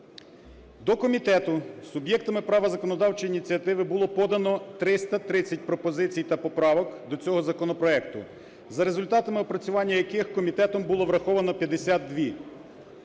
До комітету суб'єктами права законодавчої ініціативи було подано 330 пропозицій та поправок до цього законопроекту, за результатами опрацювання яких комітетом було враховано 52.